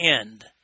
end